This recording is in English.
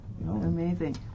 Amazing